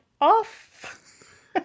off